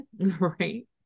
right